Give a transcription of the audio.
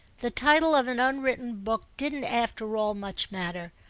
the title of an unwritten book didn't after all much matter,